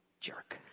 jerk